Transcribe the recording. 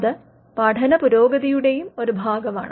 അത് പഠനപുരോഗതിയുടെയും ഒരു ഭാഗമാണ്